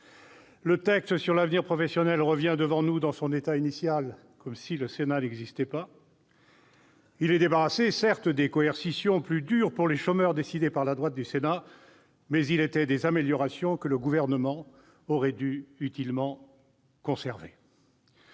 Le texte sur l'avenir professionnel revient devant nous dans son état initial, comme si le Sénat n'existait pas. Il est débarrassé, certes, des coercitions plus dures pour les chômeurs, décidées par la droite sénatoriale, mais il était des améliorations que le Gouvernement aurait dû utilement conserver.